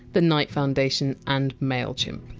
the knight foundation, and mailchimp.